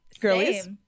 girlies